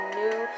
new